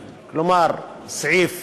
כלומר, סעיף